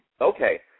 Okay